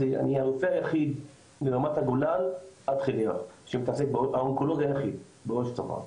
אני הרופא היחיד ברמת הגולן עד חדרה האונקולוג היחיד בראש צוואר.